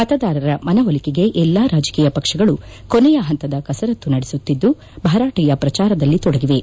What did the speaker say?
ಮತದಾರರ ಮನವೊಲಿಕೆಗೆ ಎಲ್ಲಾ ರಾಜಕೀಯ ಪಕ್ಷಗಳು ಕೊನೆಯ ಹಂತದ ಕಸರತ್ತು ನಡೆಸುತ್ತಿದ್ದು ಭರಾಟೆಯ ಪ್ರಚಾರದಲ್ಲಿ ತೊಡಗಿವೆ